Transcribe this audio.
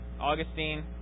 Augustine